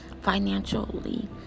financially